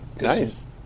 Nice